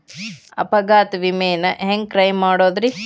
ಅಪಘಾತ ವಿಮೆನ ಹ್ಯಾಂಗ್ ಕ್ಲೈಂ ಮಾಡೋದ್ರಿ?